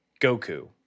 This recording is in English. Goku